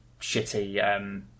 shitty